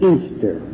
Easter